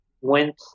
went